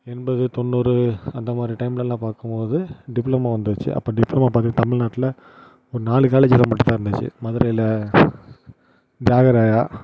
எண்பது தொண்ணூறு அந்தமாதிரி டைம்லெலாம் பார்க்கும் போது டிப்ளமோ அப்போ டிப்ளமோ பார்த்திங்கனா தமிழ்நாட்டில் நாலு காலேஜில் மட்டும் தான் இருந்துச்சு மதுரையில் தியாகராயா